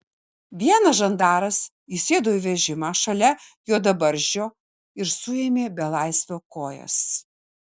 vienas žandaras įsėdo į vežimą šalia juodabarzdžio ir suėmė belaisvio kojas